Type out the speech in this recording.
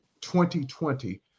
2020